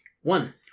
One